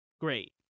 Great